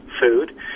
food